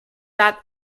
that